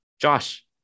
Josh